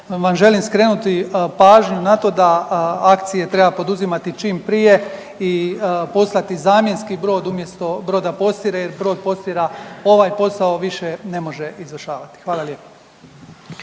vam želim skrenuti pažnju na to da akcije treba poduzimati čim prije i poslati zamjenski brod umjesto broda Postire jer brod Postira ovaj posao više ne može izvršavati. Hvala lijepo.